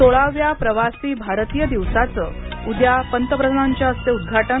सोळाव्या प्रवासी भारतीय दिवसाचं उद्या पंतप्रधानांच्या हस्ते उद्घाटन